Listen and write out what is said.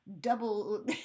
double